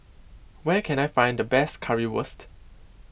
where can I find the best Currywurst